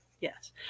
Yes